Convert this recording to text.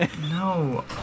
no